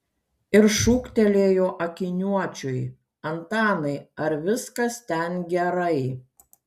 ir šūktelėjo akiniuočiui antanai ar viskas ten gerai